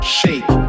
shake